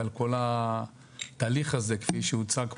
ועל כל התהליך הזה כפי שהוצג פה,